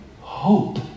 Hope